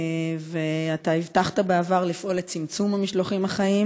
ואתה הבטחת בעבר לפעול לצמצום המשלוחים החיים,